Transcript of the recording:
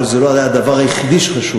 אבל זה לא היה הדבר היחידי שחשוב.